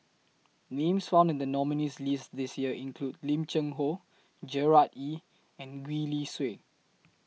Names found in The nominees' list This Year include Lim Cheng Hoe Gerard Ee and Gwee Li Sui